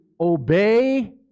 obey